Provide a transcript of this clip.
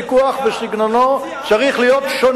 השיא של הוויכוח, בסגנונו, צריך להיות שונה.